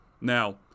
Now